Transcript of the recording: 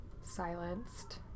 silenced